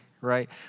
Right